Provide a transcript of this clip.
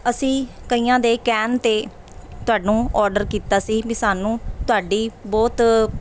ਅਸੀਂ ਕਈਆਂ ਦੇ ਕਹਿਣ 'ਤੇ ਤੁਹਾਨੂੰ ਔਡਰ ਕੀਤਾ ਸੀ ਵੀ ਸਾਨੂੰ ਤੁਹਾਡੀ ਬਹੁਤ